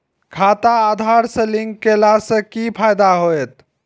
खाता आधार से लिंक केला से कि फायदा होयत?